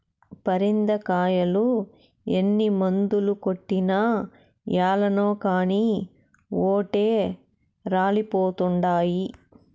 పరింద కాయలు ఎన్ని మందులు కొట్టినా ఏలనో కానీ ఓటే రాలిపోతండాయి